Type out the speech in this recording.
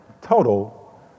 total